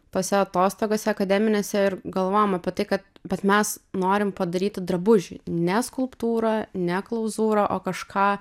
tose atostogose akademinėse ir galvojom apie tai kad bet mes norim padaryti drabužį ne skulptūrą ne klauzūrą o kažką